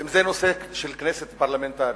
ואם זה נושא של כנסת, פרלמנטרי,